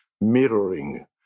mirroring